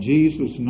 Jesus